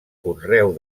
conreu